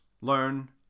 learn